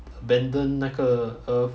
abandon 那个 earth